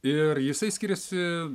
ir jisai skiriasi